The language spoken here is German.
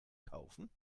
kaufen